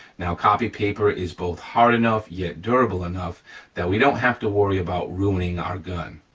now, copy paper is both hard enough yet durable enough that we don't have to worry about ruining our gun.